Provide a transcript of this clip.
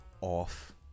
off